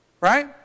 Right